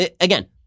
Again